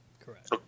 correct